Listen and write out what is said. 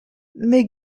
mais